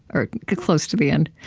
or close to the end,